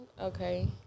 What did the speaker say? Okay